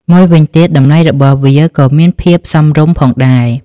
មួយវិញទៀតតម្លៃរបស់វាក៏មានភាពសមរម្យផងដែរ។